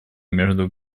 между